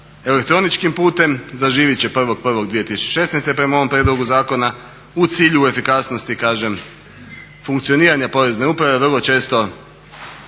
elektroničkim putem zaživjet će 1.1.2016. prema ovom prijedlogu zakona u cilju efikasnosti kažem funkcioniranja porezne uprave vrlo često,